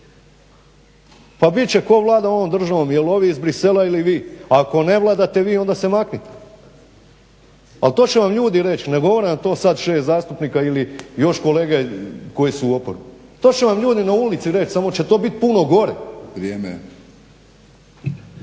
Pa bit će ko vlada ovom državom, jel' ovi iz Bruxellesa ili vi? A ako ne vladate vi onda se maknite. Ali to će vam ljudi reći. Ne govori vam to sad šest zastupnika ili još kolege koje su u oporbi. To će vam ljudi na ulici reći, samo će to bit puno gore.